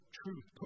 truth